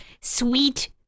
sweet